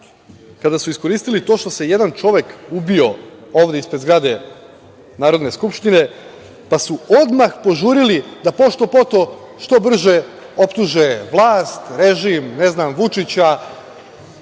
kada su iskoristili to što se jedan čovek ubio ovde ispred zgrade Narodne skupštine, pa su odmah požurili da pošto–poto, što brže optuže vlast, režim, Vučića